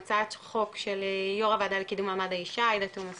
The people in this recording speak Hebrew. הצעת חוק של יו"ר הועדה לקידום מעמד האישה עאידה תומא סלימאן,